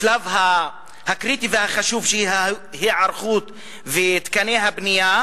השלב הקריטי והחשוב הוא של ההיערכות ותקני הבנייה,